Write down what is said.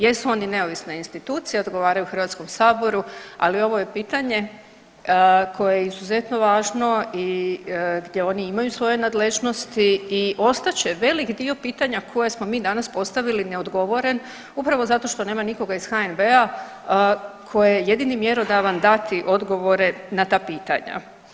Jesu oni neovisna institucija, odgovaraju Hrvatskom saboru, ali ovo je pitanje koje je izuzetno važno i gdje oni imaju svoje nadležnosti i ostat će velik dio pitanja koje smo mi danas postavili neodgovoren upravo zato što nema nikoga iz HNB-a koji je jedini mjerodavan dati odgovore na ta pitanja.